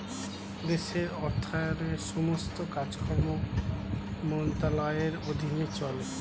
দেশের অর্থায়নের সমস্ত কাজকর্ম মন্ত্রণালয়ের অধীনে চলে